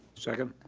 second.